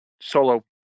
Solo